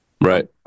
Right